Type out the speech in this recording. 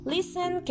Listen